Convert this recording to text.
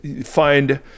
find